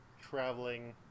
traveling